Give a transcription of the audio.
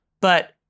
But-